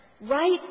right